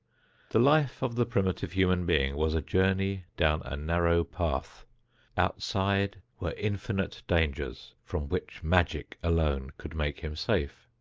the life of the primitive human being was a journey down a narrow path outside were infinite dangers from which magic alone could make him safe.